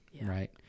right